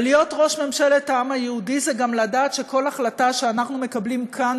ולהיות ראש ממשלת העם היהודי זה גם לדעת שכל החלטה שאנחנו מקבלים כאן,